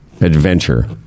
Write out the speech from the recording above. adventure